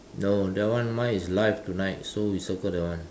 no that one mine is live tonight so you circle that one